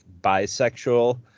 bisexual